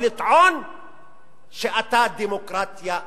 ולטעון שאתה דמוקרטיה מתגוננת,